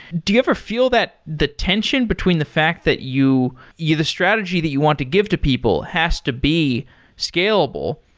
do you ever feel that the tension between the fact that you you the strategy that you want to give people has to be scalable,